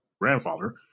grandfather